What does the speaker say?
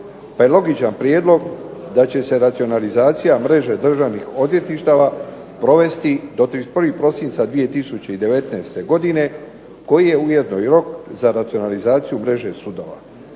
pa je logičan prijedlog da će se racionalizacija mreže državnih odvjetništava provesti do 31. prosinca 2019. godine, koji je ujedno i rok za racionalizaciju mreže sudova,